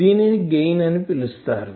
దీనినే గెయిన్ అని పిలుస్తారు